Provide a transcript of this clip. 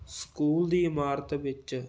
school ਦੀ ਇਮਾਰਤ ਵਿੱਚ